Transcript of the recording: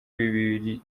bibiri